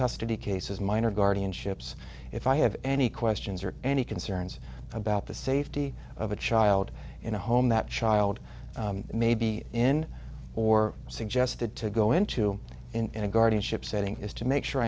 custody cases minor guardianships if i have any questions or any concerns about the safety of a child in a home that child may be in or suggested to go into in a guardianship setting is to make sure